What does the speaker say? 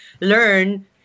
learn